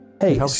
Hey